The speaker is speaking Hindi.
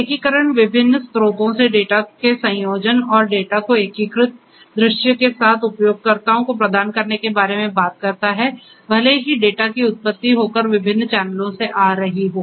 एकीकरण विभिन्न स्रोतों से डेटा के संयोजन और डेटा के एकीकृत दृश्य के साथ उपयोगकर्ताओं को प्रदान करने के बारे में बात करता है भले ही डेटा की उत्पत्ति होकर विभिन्न चैनलों से आ रही हो